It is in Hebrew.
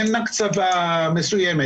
אין הקצבה מסוימת.